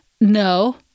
No